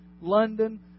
London